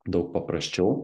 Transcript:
daug paprasčiau